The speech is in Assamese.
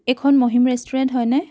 এইখন মহিম ৰেষ্টুৰেণ্ট হয়নে